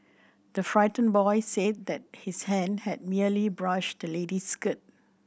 the frightened boy said that his hand had merely brushed the lady's skirt